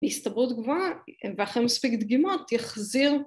הסתברות גבוהה ואחרי מספיק דגימות יחזיר